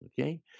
Okay